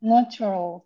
Natural